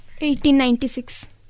1896